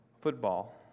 football